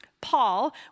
Paul